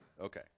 Okay